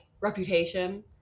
Reputation